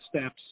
steps